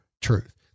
truth